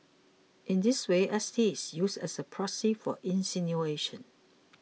in this way S T is used as a proxy for insinuation